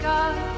God